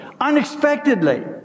unexpectedly